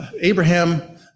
Abraham